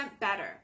better